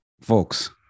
folks